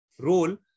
role